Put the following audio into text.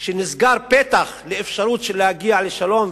שנסגר פתח לאפשרות להגיע לשלום,